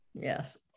Yes